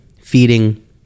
feeding